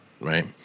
right